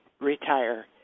Retire